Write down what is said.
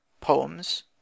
Poems